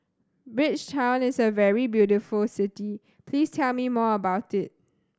Bridgetown is a very beautiful city please tell me more about it